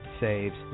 saves